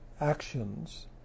actions